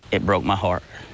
it broke my heart.